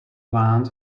land